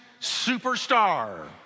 superstar